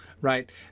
right